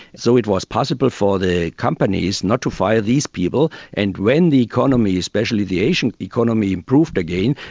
so it was possible for the companies not to fire these people and when the economy, especially the asian economy improved again,